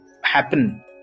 happen